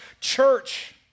church